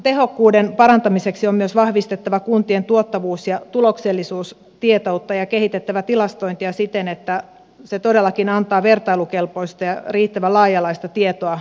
kustannustehokkuuden parantamiseksi on myös vahvistettava kuntien tuottavuus ja tuloksellisuustietoutta ja kehitettävä tilastointia siten että se todellakin antaa vertailukelpoista ja riittävän laaja alaista tietoa kuntataloudesta